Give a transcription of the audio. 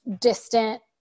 distant